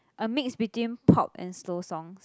a mix between pop and slow songs